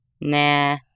Nah